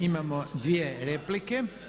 Imamo dvije replike.